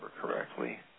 correctly